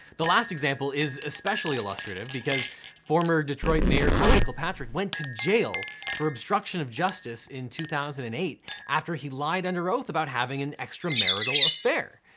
the last example is especially illustrative because former detroit mayor kwame kilpatrick went to jail for obstruction of justice in two thousand and eight after he lied under oath about having an extramarital affair.